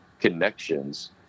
connections